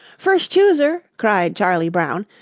first chooser! cried charley brown,